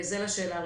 זה לשאלה הראשונה.